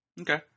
Okay